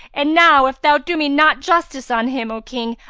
and now if thou do me not justice on him, o king,